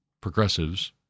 progressives